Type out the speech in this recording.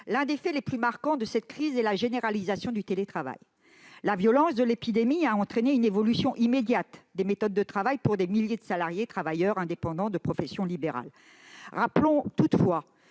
l'un des faits les plus marquants de cette crise est la généralisation du télétravail. La violence de l'épidémie a entraîné une évolution immédiate des méthodes de travail pour des milliers de salariés, de travailleurs indépendants et de professionnels libéraux. Rappelons toutefois